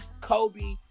Kobe